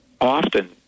often